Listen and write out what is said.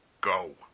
Go